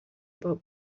about